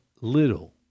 little